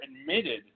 admitted